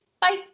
Bye